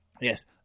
Yes